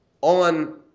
On